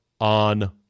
on